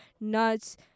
nuts